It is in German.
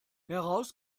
heraus